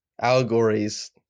allegories